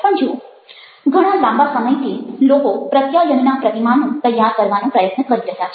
પણ જુઓ ઘણા લાંબા સમયથી લોકો પ્રત્યાયનના પ્રતિમાનો તૈયાર કરવાનો પ્રયત્ન કરી રહ્યા છે